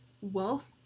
wealth